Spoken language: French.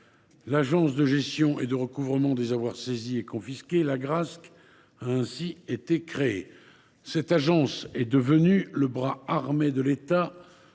L’Agence de gestion et de recouvrement des avoirs saisis et confisqués (Agrasc) a ainsi été créée. Cette agence est devenue le bras armé de l’État